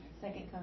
Second